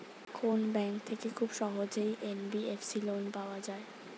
কোন ব্যাংক থেকে খুব সহজেই এন.বি.এফ.সি লোন পাওয়া যায়?